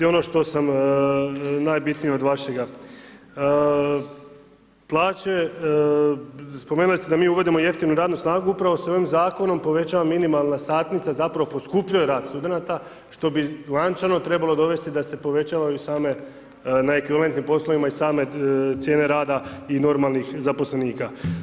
Ono što sam najbitnije od vašega, plaće spomenuli ste da mi uvodimo jeftinu radnu snagu, upravo se ovim zakonom povećava minimalna satnica, zapravo poskupljuje rad studenata, što bi lančano trebalo dovesti da se povećavaju same na ekvivalentnim poslovima i same cijene rada i normalnih zaposlenika.